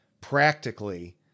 practically